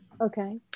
okay